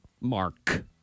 Mark